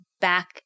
back